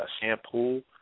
shampoo